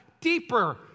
deeper